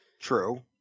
True